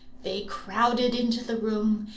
they crowded into the room,